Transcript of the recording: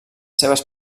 seves